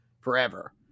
forever